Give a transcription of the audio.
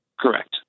Correct